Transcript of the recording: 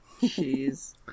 Jeez